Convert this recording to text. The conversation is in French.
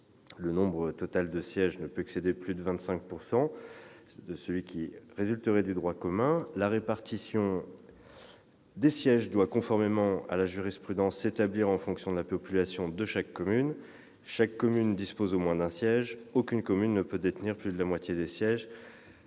le nombre total de sièges ne peut excéder de plus de 25 % celui qui résulterait de l'application du droit commun ; la répartition des sièges doit, conformément à la jurisprudence, s'établir en fonction de la population de chaque commune ; chaque commune dispose d'au moins un siège ; aucune commune ne peut détenir plus de la moitié des sièges